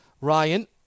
Ryan